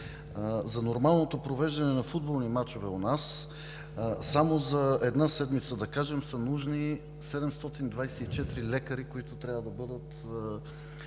за нормалното провеждане на футболни мачове у нас само за една седмица, да кажем, са нужни 724 лекари, които трябва да бъдат